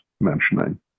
mentioning